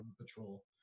patrol